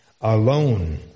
alone